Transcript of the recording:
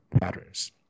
patterns